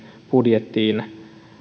budjettiin